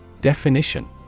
Definition